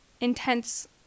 intense